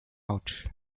out